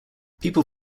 people